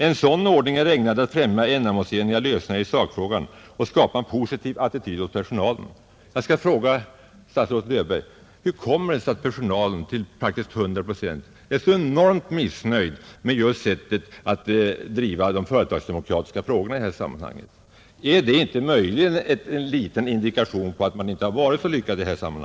En sådan ordning är ägnad att främja ändamålsenliga lösningar i sakfrågan och skapa en positiv attityd hos personalen.” Jag skall fråga statsrådet Löfberg: Hur kommer det sig att personalen, till praktiskt taget 100 procent, är så enormt missnöjd med just sättet att driva de företagsekonomiska frågorna i det här sammanhanget? Är det inte möjligen en liten indikation på att man inte har lyckats så bra härvidlag?